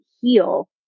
heal